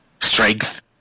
strength